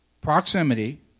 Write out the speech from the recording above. proximity